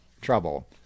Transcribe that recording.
trouble